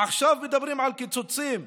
עכשיו מדברים על קיצוצים?